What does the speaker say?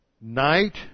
night